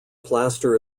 plaster